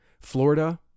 Florida